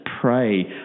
pray